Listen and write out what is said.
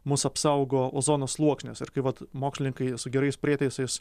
mus apsaugo ozono sluoksnis ir kai vat mokslininkai su gerais prietaisais